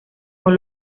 con